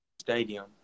Stadium